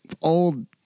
Old